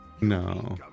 No